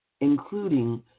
including